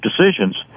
decisions